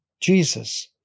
Jesus